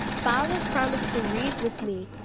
father's promised to read with me,